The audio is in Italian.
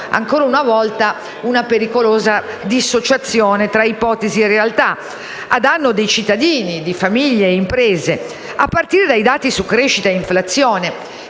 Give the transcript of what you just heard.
ancora una volta una pericolosa dissociazione tra ipotesi e realtà a danno di cittadini, famiglie e imprese, a partire dai dati su crescita e inflazione.